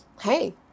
hey